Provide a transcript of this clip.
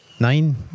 Nine